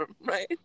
right